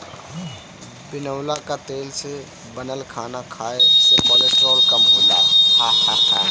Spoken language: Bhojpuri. बिनौला कअ तेल से बनल खाना खाए से कोलेस्ट्राल कम होला